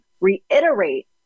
reiterate